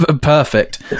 perfect